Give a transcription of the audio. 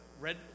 red